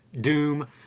Doom